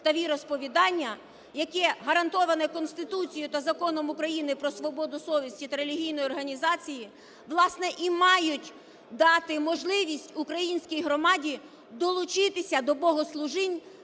та віросповідання, яке гарантоване Конституцією та Законом України "Про свободу совісті та релігійні організації", власне, і мають дати можливість українській громаді долучитися до богослужінь